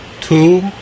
two